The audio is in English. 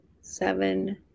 seven